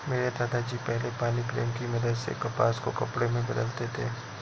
मेरे दादा जी पहले पानी प्रेम की मदद से कपास को कपड़े में बदलते थे